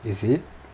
is it